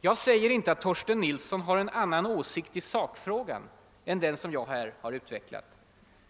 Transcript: Jag säger inte att Torsten Nilsson har en annan åsikt i sakfrågan än den jag här har utvecklat.